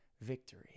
victory